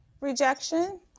rejection